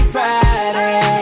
Friday